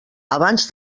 abans